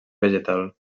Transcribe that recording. vegetal